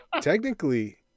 technically